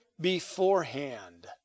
beforehand